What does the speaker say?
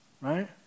Right